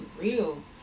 real